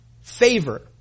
favor